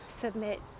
submit